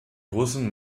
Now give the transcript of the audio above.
russen